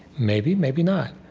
maybe, maybe not.